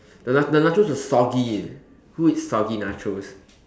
the na~ the nachos was soggy who eats soggy nachos